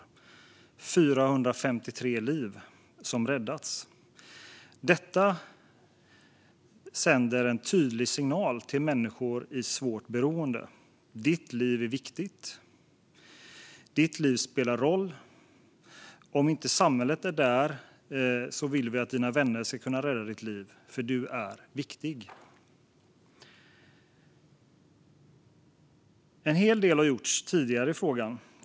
Det är 453 liv som räddats! Detta sänder en tydlig signal till människor i svårt beroende: Ditt liv är viktigt. Ditt liv spelar roll. Om inte samhället är där vill vi att dina vänner ska kunna rädda ditt liv, för du är viktig. En hel del har gjorts tidigare i frågan.